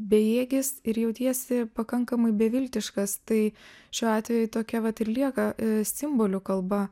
bejėgis ir jautiesi pakankamai beviltiškas tai šiuo atveju tokia vat ir lieka simbolių kalba